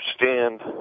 understand